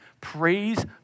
Praise